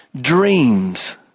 Dreams